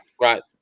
Right